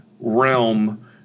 realm